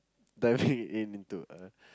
diving in into a